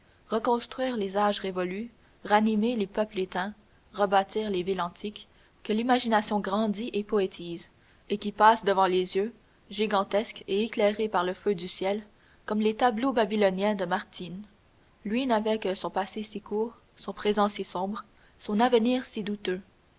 reconstruire les âges révolus ramener les peuples éteints rebâtir les villes antiques que l'imagination grandit et poétise et qui passent devant les yeux gigantesques et éclairées par le feu du ciel comme les tableaux babyloniens de martinn lui n'avait que son passé si court son présent si sombre son avenir si douteux